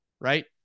right